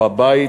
או בית,